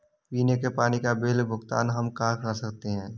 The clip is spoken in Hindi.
पीने के पानी का बिल का भुगतान हम कहाँ कर सकते हैं?